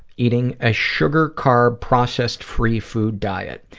eating a sugar, carb, processed-free food diet,